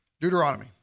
Deuteronomy